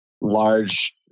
large